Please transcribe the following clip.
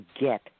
get